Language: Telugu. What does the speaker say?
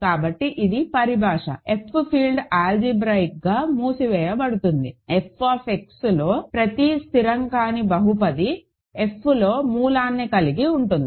కాబట్టి ఇది పరిభాష F ఫీల్డ్ ఆల్జీబ్రాయిక్గా మూసివేయబడుతుంది FXలోని ప్రతి స్థిరం కాని బహుపది Fలో మూలాన్ని కలిగి ఉంటుంది